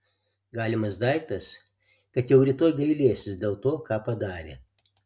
galimas daiktas kad jau rytoj gailėsis dėl to ką padarė